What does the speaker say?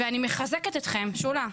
אני מחזקת אתכם, שולה,